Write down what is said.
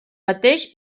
mateix